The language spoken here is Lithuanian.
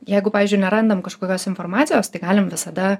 jeigu pavyzdžiui nerandam kažkokios informacijos tai galim visada